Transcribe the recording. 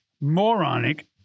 moronic